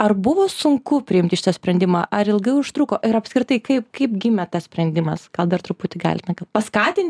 ar buvo sunku priimti šitą sprendimą ar ilgai užtruko ir apskritai kaip kaip gimė tas sprendimas gal dar truputį galit na paskatinti